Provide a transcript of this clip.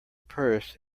purse